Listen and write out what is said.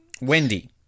Wendy